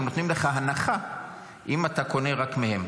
הם נותנים לך הנחה אם אתה קונה רק מהם.